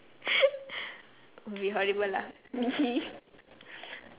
be horrible lah